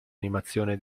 animazione